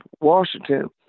Washington